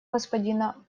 господина